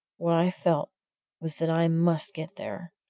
what i felt was that i must get there,